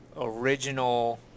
original